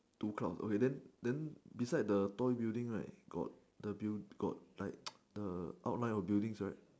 two cloud okay then then beside the toy building right got the build got like the outline of buildings right